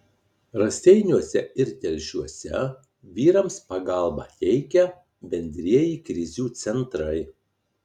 raseiniuose ir telšiuose vyrams pagalbą teikia bendrieji krizių centrai